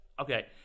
Okay